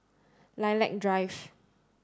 Lilac Drive